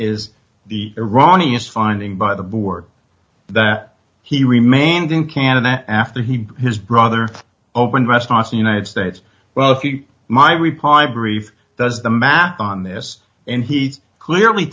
is the iranians finding by the board that he remained in canada after he his brother opened restaurants the united states wealthy my reply brief does the math on this and he clearly